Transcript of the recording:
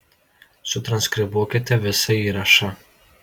sutranskribuokite visą įrašą